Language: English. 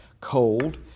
cold